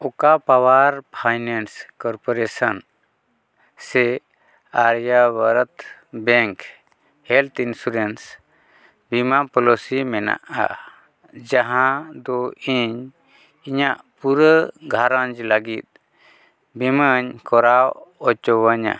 ᱚᱠᱟ power finance corporation ᱥᱮ Aryavart bank health insurance ᱵᱤᱢᱟ ᱯᱚᱞᱤᱥᱤ ᱢᱮᱱᱟᱜᱼᱟ ᱡᱟᱦᱟᱸ ᱫᱚ ᱤᱧ ᱤᱧᱟᱹᱜ ᱯᱩᱨᱟᱹ ᱜᱷᱟᱨᱚᱸᱡᱽ ᱞᱟᱜᱤᱫ ᱵᱤᱢᱟᱭ ᱠᱚᱨᱟᱣ ᱦᱚᱪᱚᱣᱟᱹᱧᱟᱹ